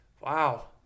Wow